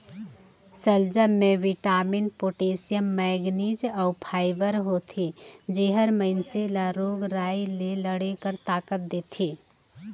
सलजम में vitamin, potassium, manganese अउ फाइबर होथे जेहर मइनसे ल रोग राई ले लड़े कर ताकत देथे